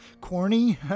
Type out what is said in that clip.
corny